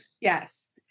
Yes